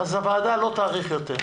הוועדה לא תאריך יותר.